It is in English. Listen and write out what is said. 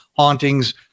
hauntings